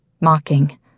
mocking